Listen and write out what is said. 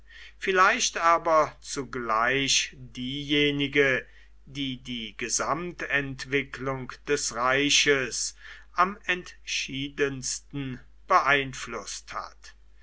vielleicht aber zugleich diejenige die die gesamtentwicklung des reiches am entschiedensten beeinflußt hat